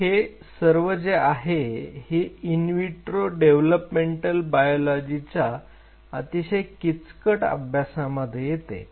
तर हे सर्व जे आहे हे इन विट्रो डेव्हलपमेंटल बायोलॉजीच्या अतिशय किचकट अभ्यासामध्ये येते